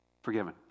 Forgiven